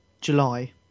July